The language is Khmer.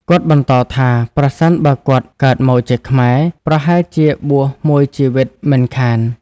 គាត់បន្តថាប្រសិនបើគាត់កើតមកជាខ្មែរ ប្រហែលជាបួសមួយជីវិតមិនខាន។